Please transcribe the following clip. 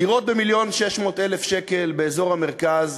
דירות במיליון שקל ו-600,000 באזור המרכז,